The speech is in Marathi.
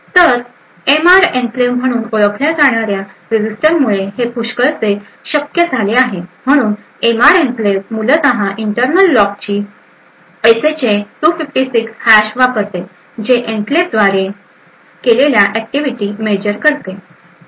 तर एमआर एन्क्लेव्ह म्हणून ओळखल्या जाणार्या रजिस्टरमुळे हे पुष्कळसे शक्य झाले आहे म्हणून हे एमआर एन्क्लेव्ह मूलत इंटरनल लॉगची एसएचए 256 हॅश वापरते जे एन्क्लेव्हद्वारे केलेल्या ऍक्टिव्हिटी मेजर करते